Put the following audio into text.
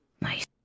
Nice